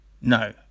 No